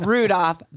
Rudolph